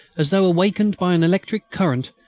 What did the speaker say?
as though awakened by an electric current,